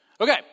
okay